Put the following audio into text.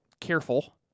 careful